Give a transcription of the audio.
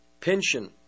pension